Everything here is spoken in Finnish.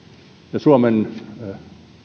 ja suomen